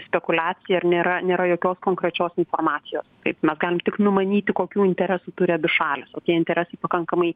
spekuliacija ir nėra nėra jokios konkrečios informacijos taip mes galim tik numanyti kokių interesų turi abi šalys kokie interesai pakankamai